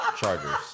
Chargers